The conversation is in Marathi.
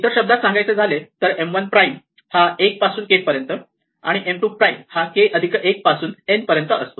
इतर शब्दात सांगायचे झाले तर M 1 प्राईम हा 1 पासून k पर्यंत आणि तर M 2 प्राईम हा k अधिक 1 पासून n पर्यंत असतो